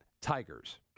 Tigers